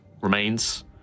remains